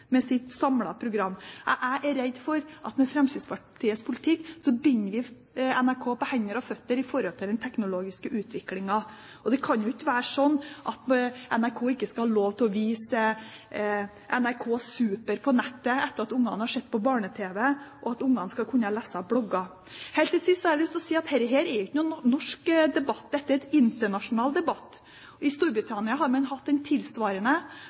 med sitt samlede programtilbud.» Jeg er redd for at man med Fremskrittspartiets politikk vil binde NRK på hender og føtter i forhold til den teknologiske utviklingen. Det kan ikke være slik at NRK ikke skal ha lov til å vise NRK Super på nettet etter at barna har sett på barne-tv og kan lese blogger. Til slutt har jeg lyst til å si at dette er ikke en norsk debatt. Dette er en internasjonal debatt. I Storbritannia har man hatt en tilsvarende